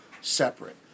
separate